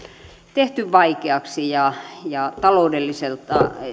tehty vaikeaksi ja ja taloudelliselta